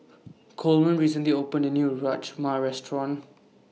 Coleman recently opened A New Rajma Restaurant